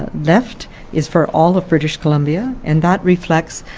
left is for all of british columbia. and that reflects